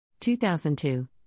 2002